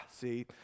see